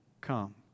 come